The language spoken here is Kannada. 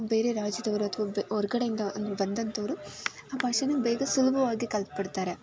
ಬೇರೆ ರಾಜ್ಯದವರು ಅಥ್ವಾ ಬೆ ಹೊರ್ಗಡೆಯಿಂದ ಬಂದಂಥವರು ಆ ಭಾಷೆನ ಬೇಗ ಸುಲಭವಾಗಿ ಕಲ್ತುಬಿಡ್ತಾರೆ